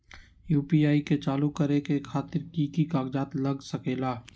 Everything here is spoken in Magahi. यू.पी.आई के चालु करे खातीर कि की कागज़ात लग सकेला?